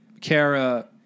Kara